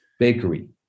bakery